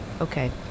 Okay